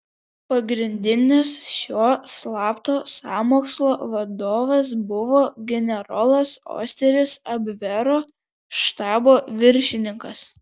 pagrindinis šio slapto sąmokslo vadovas buvo generolas osteris abvero štabo viršininkas